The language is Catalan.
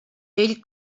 ell